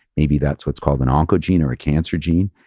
maybe that's what's called an oncogene or a cancer gene.